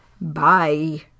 Bye